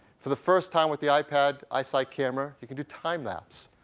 for the first time with the ipad isight camera, you can do timelapse.